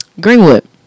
Greenwood